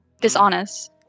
dishonest